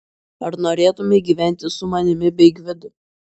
ar norėtumei gyventi su manimi bei gvidu